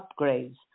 upgrades